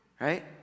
right